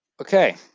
Okay